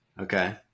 Okay